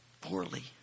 Poorly